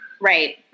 Right